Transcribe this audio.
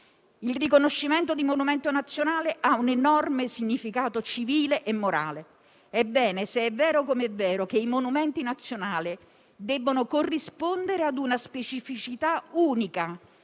Il riconoscimento di monumento nazionale ha un enorme significato civile e morale. Ebbene, se è vero, com'è vero, che i monumenti nazionali devono corrispondere a una specificità unica